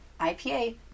IPA